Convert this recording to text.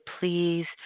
please